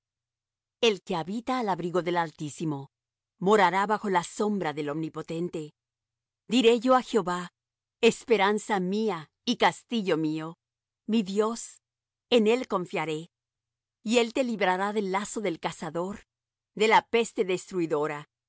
el que habita al abrigo del altísimo morará bajo la sombra del omnipotente diré yo á jehová esperanza mía y castillo mío mi dios en él confiaré y él te librará del lazo del cazador de la peste destruidora